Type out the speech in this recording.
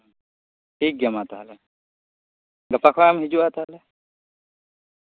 ᱴᱷᱤᱠ ᱜᱮᱭᱟ ᱢᱟ ᱛᱟᱦᱚᱞᱮ ᱜᱟᱯᱟ ᱠᱷᱚᱱ ᱮᱢ ᱦᱤᱡᱩᱜᱼᱟ ᱛᱟᱦᱚᱞᱮ